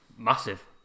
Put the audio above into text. Massive